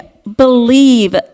believe